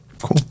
Cool